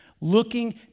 looking